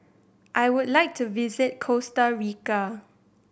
I would like to visit Costa Rica